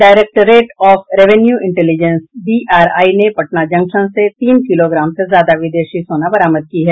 directorate of revenue intelligence DRI ने Patna junction से तीन किलोग्राम से ज्यादा विदेशी सोना बरामद की है